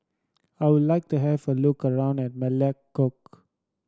I would like to have a look around at Melekeok